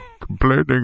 complaining